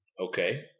okay